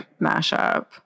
mashup